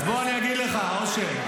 אז בוא אני אגיד לך, אושר.